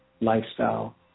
lifestyle